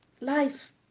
life